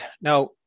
Now